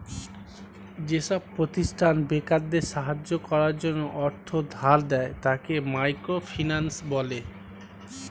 যেসব প্রতিষ্ঠান বেকারদের সাহায্য করার জন্য অর্থ ধার দেয়, তাকে মাইক্রো ফিন্যান্স বলে